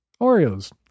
Oreos